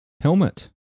Helmet